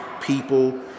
people